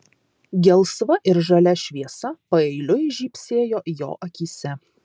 gelsva ir žalia šviesa paeiliui žybsėjo jo akyse